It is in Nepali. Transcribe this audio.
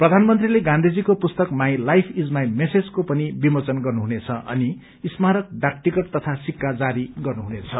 प्रधानमन्त्रीले गाँधीजीको पुस्तक माई लाइफ इज माई मेसेजको पनि विमोचन गर्नुहुनेछ अनि स्मारक डाक टिकट तथा सिक्का जारी गर्नुहुनेछ